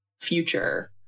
future